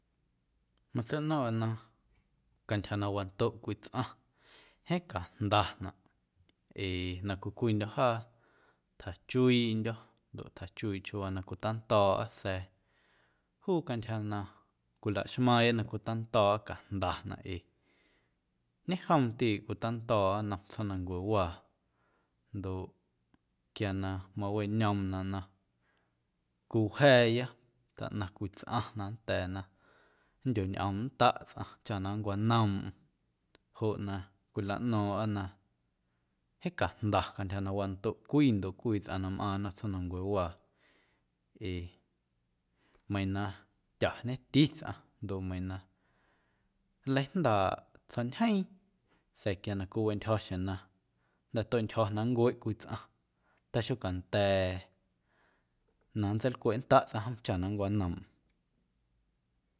Matseiꞌno̱ⁿꞌa na cantyja na wandoꞌ cwii tsꞌaⁿ jeeⁿ cajndanaꞌ ee na cwii cwiindyo̱ jaa tjachuiiꞌndyo̱ ndoꞌ tjachuiiꞌ chiuuwaa na cwitando̱o̱ꞌa sa̱a̱ juu cantyja na cwilaxmaaⁿya na cwitando̱o̱ꞌa cajndanaꞌ ee ñejomndiiꞌ cwitando̱o̱ꞌa nnom tsjoomnancuewaa ndoꞌ quia na maweꞌñoomnaꞌ cowja̱a̱ya taꞌnaⁿ cwii tsꞌaⁿ na nnda̱a̱ nndyoñꞌoomndaꞌ tsꞌaⁿ chaꞌ na nncwanoomꞌm joꞌ na cwilaꞌno̱o̱ⁿꞌa na jeeⁿ cajnda cantyja na wandoꞌ cwii ndoꞌ cwii tsꞌaⁿ na mꞌaaⁿ nnom tsjoomnancuewaa ee meiiⁿ na tyañeti tsꞌaⁿ ndoꞌ meiiⁿ na nleijndaaꞌ tsjo̱ꞌñjeeⁿ sa̱a̱ quia na cwiweꞌntyjo̱ xjeⁿ na jnda̱ tueꞌntyjo̱ nncueꞌ cwii tsꞌaⁿ taxocanda̱a̱ na nntseilcweꞌndaꞌ tsꞌaⁿ jom chaꞌ na nncwañoomꞌm.